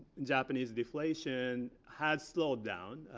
and japanese deflation has slowed down.